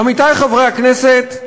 עמיתי חברי הכנסת,